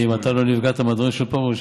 אם אתה לא נפגעת מהדברים של פרוש,